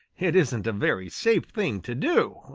it isn't a very safe thing to do,